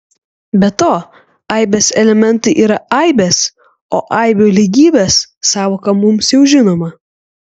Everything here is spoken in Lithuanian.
be to aibės elementai yra aibės o aibių lygybės sąvoka mums jau žinoma